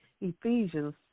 Ephesians